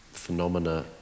phenomena